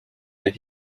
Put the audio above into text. and